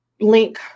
link